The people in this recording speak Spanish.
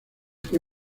fue